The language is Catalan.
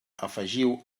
afegiu